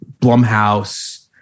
Blumhouse